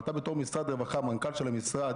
אבל אתה בתור משרד רווחה, מנכ"ל של המשרד